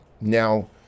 now